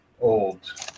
old